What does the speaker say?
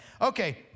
Okay